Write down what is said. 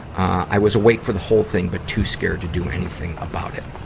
i was awake for the whole thing, but too scared to do anything about it.